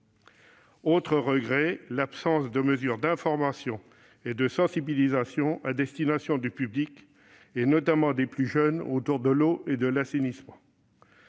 Autre regret : l'absence de mesures d'information et de sensibilisation à destination du public, notamment des plus jeunes, autour de l'eau et de l'assainissement.